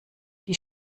die